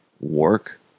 work